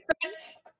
friends